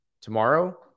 tomorrow